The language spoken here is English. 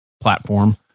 platform